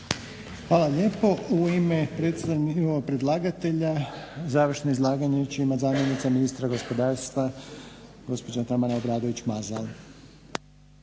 Hvala lijepa. U ime predlagatelja završno izlaganje će imat zamjenica ministra gospodarstva gospođa Tamara Obradović Mazal.